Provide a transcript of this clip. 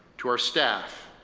to our staff,